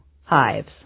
hives